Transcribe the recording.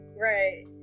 Right